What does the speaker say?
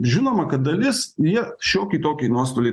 žinoma kad dalis jie šiokį tokį nuostolį